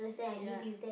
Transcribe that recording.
ya